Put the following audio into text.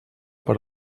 per